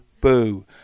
boo